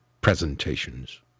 presentations